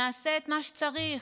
נעשה את מה שצריך,